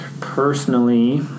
Personally